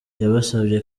yabasabye